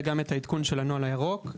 וגם את העדכון של הספר הירוק.